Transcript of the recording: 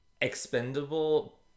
expendable